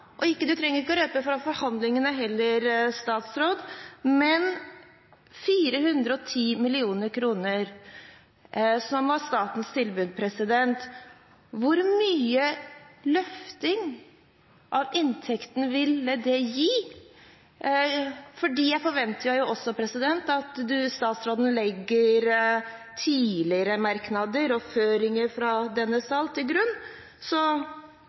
ikke røpe fra forhandlingene, men 410 mill. kr, som var statens tilbud, hvor mye løfting av inntektene ville det gi? Jeg forventer at statsråden også legger tidligere merknader og føringer fra denne sal til grunn – så